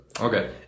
Okay